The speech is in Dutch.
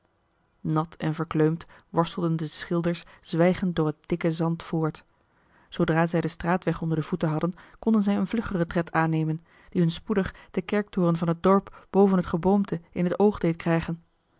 nat en verkleumd worstelden de schilders zwijgend door het dikke zand voort zoodra zij den straatweg onder de voeten hadden konden zij een vluggeren tred aannemen die hun spoedig den kerktoren van het dorp boven het geboomte in het oog deed krijgen